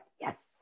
yes